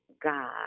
God